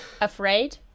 Afraid